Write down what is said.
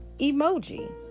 emoji